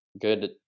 good